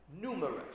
numerous